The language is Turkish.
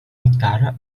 miktarı